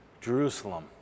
Jerusalem